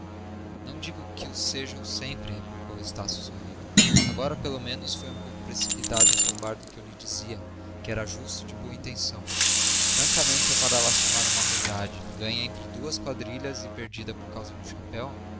não digo que o sejam sempre replicou estácio sorrindo agora pelo menos foi um pouco precipitada em zombar do que eu lhe dizia que era justo e de boa intenção francamente é para lastimar uma amizade ganha entre duas quadrilhas e perdida por causa de um chapéu